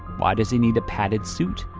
why does he need a padded suit?